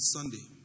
Sunday